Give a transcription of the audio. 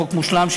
חוק מושלם,